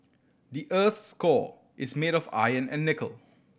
the earth's core is made of iron and nickel